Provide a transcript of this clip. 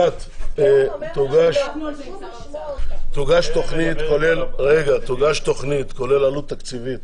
תוגש תוכנית כולל עלות תקציבית